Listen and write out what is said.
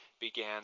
began